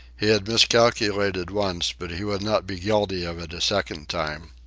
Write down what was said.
he had miscalculated once, but he would not be guilty of it a second time.